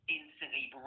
instantly